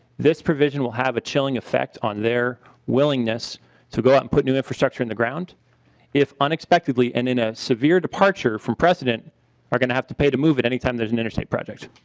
this provision will the chilling effect on their willingness to go out and put new infrastructure in the ground if unexpectedly and in a severe departure from precedent are going to have to pay to move it anytime there's an interstate project.